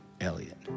Elliot